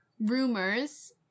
rumors